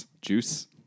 Juice